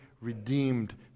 redeemed